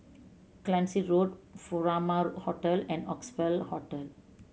Cluny Road Furama Hotel and Oxley Hotel